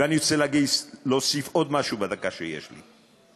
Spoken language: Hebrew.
ואני רוצה להוסיף עוד משהו בדקה שיש לי,